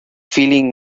feeling